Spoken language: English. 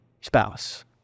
spouse